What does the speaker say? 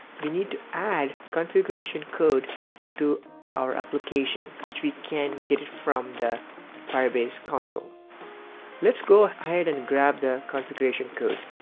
we need to add configuration code to our application which we can get it from the firebase console let's go ahead and grab the config code.